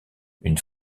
une